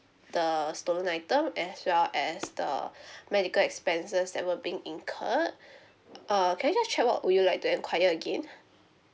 the stolen item as well as the medical expenses that were being incurred err can I just check what would you like to enquire again